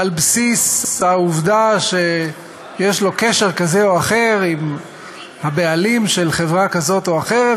על בסיס העובדה שיש לו קשר כזה או אחר עם הבעלים של חברה כזאת או אחרת,